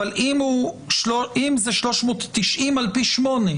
אבל אם זה 390 על פי 8,